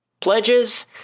Pledges